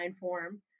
form